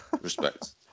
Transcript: Respect